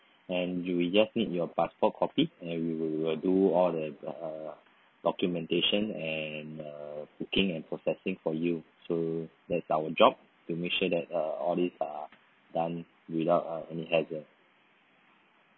and we will just need your passport copy and we will do all the uh documentation and uh booking and processing for you so that's our job to make sure that uh all this are done without uh any